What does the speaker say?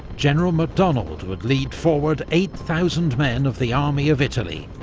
general macdonald would lead forward eight thousand men of the army of italy,